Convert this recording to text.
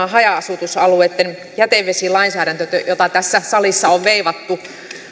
on haja asutusalueitten jätevesilainsäädäntö jota tässä salissa on veivattu